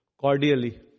cordially